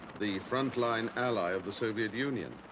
the frontline ally of the soviet union.